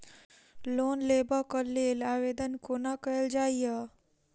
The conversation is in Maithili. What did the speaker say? लोन लेबऽ कऽ लेल आवेदन कोना कैल जाइया?